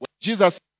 Jesus